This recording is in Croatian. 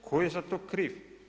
Tko je za to kriv?